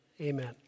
amen